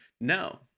no